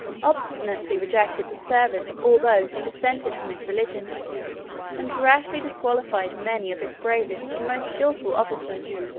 obstinately rejected the service of all those who dissented from his religion and rashly disqualified many of his bravest and most skilful officers,